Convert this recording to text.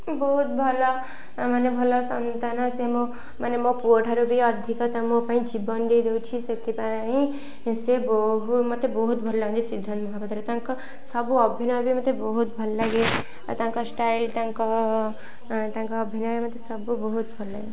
ବହୁତ ଭଲ ମାନେ ଭଲ ସନ୍ତାନ ସିଏ ମୋ ମାନେ ମୋ ପୁଅ ଠାରୁ ବି ଅଧିକ ତ ମୋ ପାଇଁ ଜୀବନ ଦେଇଦେଉଛି ସେଥିପାଇଁ ସେ ବହୁ ମୋତେ ବହୁତ ଭଲ ଲାଗନ୍ତି ସିଦ୍ଧାନ୍ତ ମହାପାତ୍ର ତାଙ୍କ ସବୁ ଅଭିନୟ ବି ମୋତେ ବହୁତ ଭଲ ଲାଗେ ଓ ତାଙ୍କ ଷ୍ଟାଇଲ୍ ତାଙ୍କ ଅଭିନୟ ମୋତେ ସବୁ ବହୁତ ଭଲ ଲାଗେ